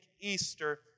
Easter